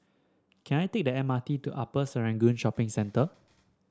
can I take the M R T to Upper Serangoon Shopping Centre